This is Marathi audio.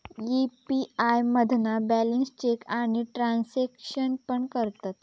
यी.पी.आय मधना बॅलेंस चेक आणि ट्रांसॅक्शन पण करतत